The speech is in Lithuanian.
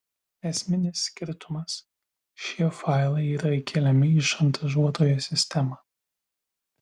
esminis skirtumas šie failai yra įkeliami į šantažuotojo sistemą